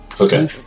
Okay